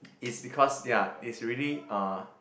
is because ya it's really uh